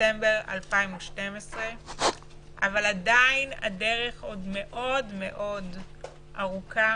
בספטמבר 2012, עדיין הדרך מאוד מאוד ארוכה